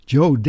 Joe